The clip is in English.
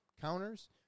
counters